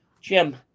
Jim